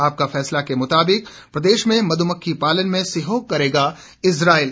आपका फैसला के मुताबिक प्रदेश में मध्मक्खी पालन में सहयोग करेगा इजराइल